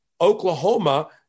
Oklahoma